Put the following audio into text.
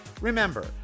Remember